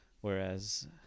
whereas